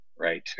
right